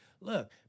Look